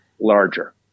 larger